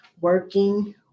working